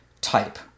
type